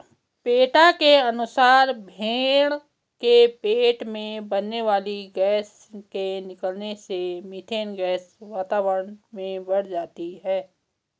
PETA के अनुसार भेंड़ के पेट में बनने वाली गैस के निकलने से मिथेन गैस वातावरण में बढ़ जाती है